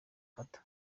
kata